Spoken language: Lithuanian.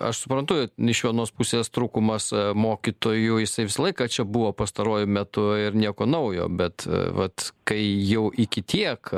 aš suprantu iš vienos pusės trūkumas mokytojų jisai visą laiką čia buvo pastaruoju metu ir nieko naujo bet vat kai jau iki tiek